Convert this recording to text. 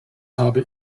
habe